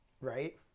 right